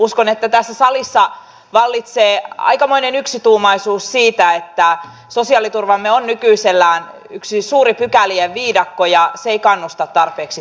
uskon että tässä salissa vallitsee aikamoinen yksituumaisuus siitä että sosiaaliturvamme on nykyisellään yksi suuri pykälien viidakko ja se ei kannusta tarpeeksi työntekoon